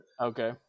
Okay